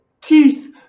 teeth